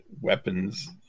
weapons